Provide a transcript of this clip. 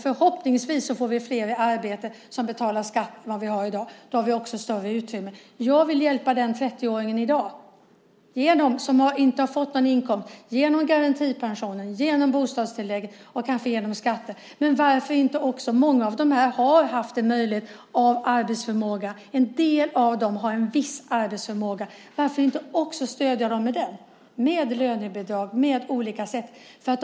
Förhoppningsvis får vi fler i arbete som betalar skatt än vad vi har i dag. Då har vi också större utrymme. Jag vill hjälpa 30-åringen som är utan inkomst i dag med hjälp av garantipension, bostadstillägg och skatter. Många av dem har en arbetsförmåga. En del av dem har en viss arbetsförmåga. Varför inte också stödja denna arbetsförmåga med hjälp av lönebidrag och på andra sätt.